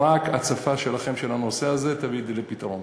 רק הצפה שלכם של הנושא הזה תביא את זה לפתרון.